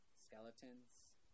skeletons